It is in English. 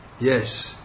Yes